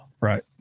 Right